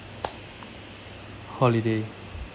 holiday